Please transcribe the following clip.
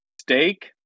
steak